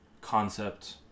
concept